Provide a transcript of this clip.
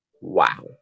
Wow